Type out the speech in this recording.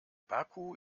baku